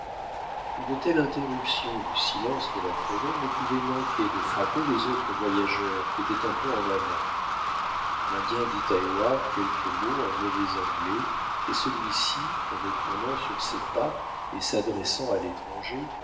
une telle interruption du silence de la forêt ne pouvait manquer de frapper les autres voyageurs qui étaient un peu en avant l'indien dit à heyward quelques mots en mauvais anglais et celui-ci retournant sur ses pas et s'adressant à l'étranger